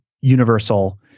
universal